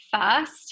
first